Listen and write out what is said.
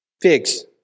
figs